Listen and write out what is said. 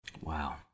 Wow